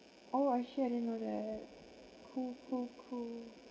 oh actually I didn't know that cool cool cool